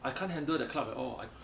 I can't handle that club at all I